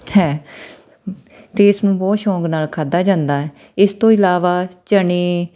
ਹੈ ਅਤੇ ਇਸ ਨੂੰ ਬਹੁਤ ਸ਼ੌਂਕ ਨਾਲ ਖਾਦਾ ਜਾਂਦਾ ਇਸ ਤੋਂ ਇਲਾਵਾ ਚਨੇ